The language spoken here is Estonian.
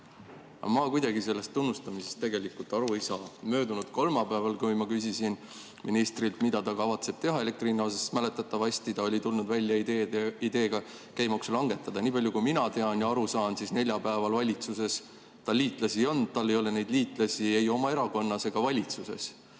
Aga ma sellest tunnustamisest tegelikult aru ei saa. Möödunud kolmapäeval, kui ma küsisin ministrilt, mida ta kavatseb teha elektrihinna osas, siis mäletatavasti ta oli tulnud välja ideega käibemaksu langetada. Nii palju kui mina tean ja aru saan, siis neljapäeval valitsuses tal liitlasi ei olnud, tal ei ole neid liitlasi ei oma erakonnas ega valitsuses.